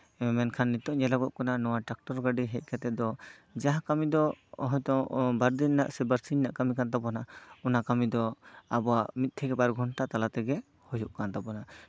ᱢᱮᱱᱠᱷᱟᱱ ᱱᱤᱛᱚᱜ ᱧᱮᱞᱚᱜᱚᱜ ᱠᱟᱱᱟ ᱱᱚᱣᱟ ᱴᱨᱟᱠᱴᱚᱨ ᱜᱟᱹᱰᱤ ᱦᱮᱡ ᱠᱟᱛᱮ ᱫᱚ ᱡᱟᱦᱟᱸ ᱠᱟ ᱢᱤ ᱫᱚ ᱦᱳᱭᱛᱳ ᱵᱟᱨ ᱫᱤᱱ ᱨᱮᱱᱟᱜ ᱥᱮ ᱵᱟᱨ ᱥᱤᱧ ᱨᱮᱱᱟᱜ ᱠᱟ ᱢᱤ ᱠᱟᱱ ᱛᱟᱵᱳᱱᱟ ᱚᱱᱟ ᱠᱟ ᱢᱤ ᱫᱚ ᱟᱵᱚᱣᱟᱜ ᱢᱤᱫ ᱛᱷᱮᱠᱮ ᱵᱟᱨ ᱜᱷᱚᱱᱴᱟ ᱛᱟᱞᱟ ᱛᱮᱜᱮ ᱦᱳᱭᱳᱜ ᱠᱟᱱ ᱛᱟᱵᱳᱱᱟ